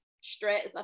stress